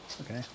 Okay